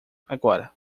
agora